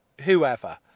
whoever